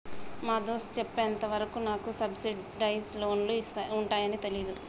మా దోస్త్ సెప్పెంత వరకు నాకు సబ్సిడైజ్ లోన్లు ఉంటాయాన్ని తెలీదు